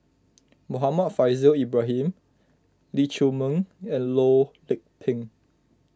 Muhammad Faishal Ibrahim Lee Chiaw Meng and Loh Lik Peng